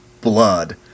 Blood